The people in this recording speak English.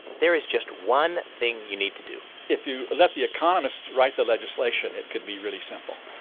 there is just one thing you need to do if you let the economists write the legislation, it could be really simple